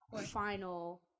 final